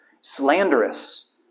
slanderous